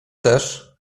też